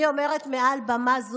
אני אומרת מעל במה זו: